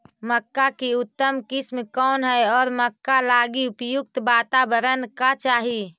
मक्का की उतम किस्म कौन है और मक्का लागि उपयुक्त बाताबरण का चाही?